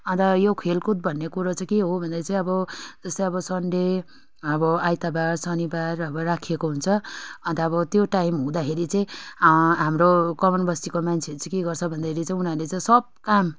अन्त यो खेलकुद भन्ने कुरो चाहिँ के हो भन्दाखेरि चाहिँ अब जस्तै अब सन्डे अब आइतवार शनिवार अब राखिएको हुन्छ अन्त अब त्यो टाइम हुँदाखेरि चाहिँ हाम्रो कमान बस्तीको मान्छेहरू चाहिँ के गर्छ भन्दाखेरि चाहिँ उनीहरूले चाहिँ सब काम